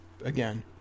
again